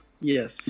Yes